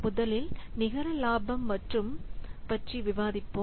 முதலில் நிகர லாபம் பற்றி விவாதிப்போம்